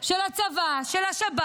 למה שנחשף מדי יום